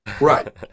Right